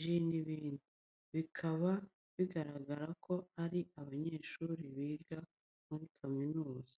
ji n'ibindi. Bikaba bigaragara ko ari abanyeshuri biga muri kaminuza.